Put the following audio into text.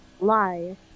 Lie